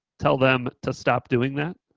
tell them to stop doing that?